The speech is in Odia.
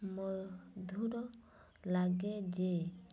ମଧୁର ଲାଗେ ଯେ